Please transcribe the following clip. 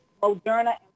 Moderna